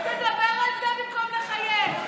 תדבר על זה במקום לחייך,